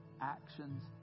actions